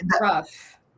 rough